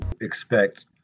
expect